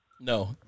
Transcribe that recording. No